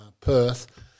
Perth